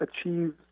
achieve